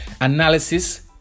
analysis